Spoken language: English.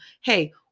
hey